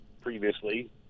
previously